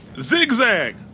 zigzag